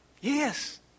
yes